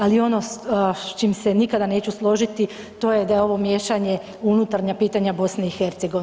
Ali ono sa čim se nikada neću složiti to je da je ovo miješanje u unutarnja pitanja BiH.